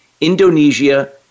Indonesia